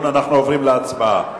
אנחנו עוברים להצבעה.